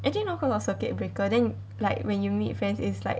I think now cause of circuit breaker then like when you meet friends is like